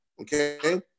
Okay